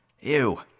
Ew